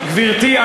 גברתי,